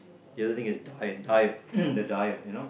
the other thing is diet diet the diet you know